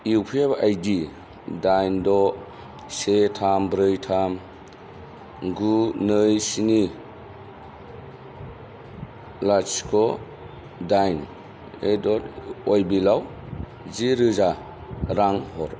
UPI ID डाइन द' से थाम ब्रै थाम गु नै स्नि लाथिख' डाइन एदट अइबिलाव जिरोजा रां हर